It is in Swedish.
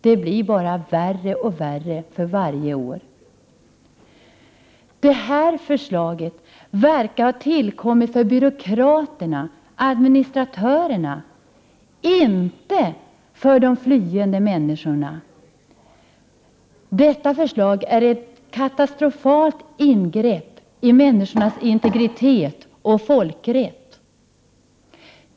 Det blir värre och värre för varje år. Det här förslaget verkar ha tillkommit för byråkraterna, administratörerna — inte för de flyende människorna. Detta förslag är ett katastrofalt ingrepp i människornas integritet och i folkrätten.